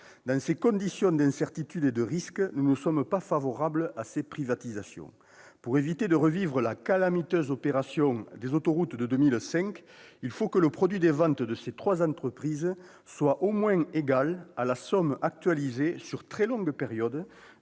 Dans ces conditions d'incertitude et de risques, nous ne sommes pas favorables à ces privatisations. Pour éviter de revivre la calamiteuse opération de 2005 concernant les autoroutes, il faut que le produit des ventes de ces trois entreprises soit au moins égal à la somme, actualisée sur la très longue période,